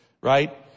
right